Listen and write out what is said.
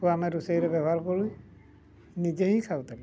କୁ ଆମେ ରୋଷେଇରେ ବ୍ୟବହାର କରୁ ନିଜେ ହିଁ ଖାଉଥିଲୁ